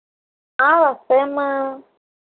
వస్తాయి అమ్మా